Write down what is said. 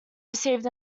received